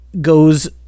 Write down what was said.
goes